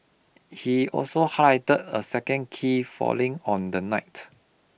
he also highlighted a second key failing on the night